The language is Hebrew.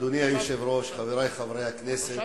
אדוני היושב-ראש, חברי חברי הכנסת,